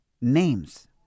names